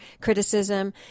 criticism